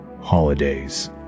Holidays